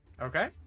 Okay